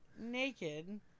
naked